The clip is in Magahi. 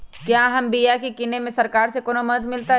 क्या हम बिया की किने में सरकार से कोनो मदद मिलतई?